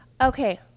Okay